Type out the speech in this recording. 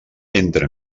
entre